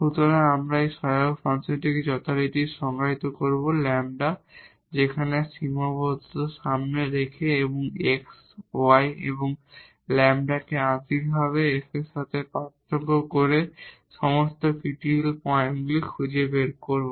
সুতরাং আমরা এই অক্সিলারি ফাংশনটিকে যথারীতি সংজ্ঞায়িত করব λ সেখানে এই সীমাবদ্ধতার সামনে রেখে এবং x y এবং λ কে আংশিকভাবে F এর সাথে পার্থক্য করে সমস্ত ক্রিটিকাল পয়েন্টগুলি খুঁজে বের করব